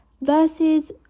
versus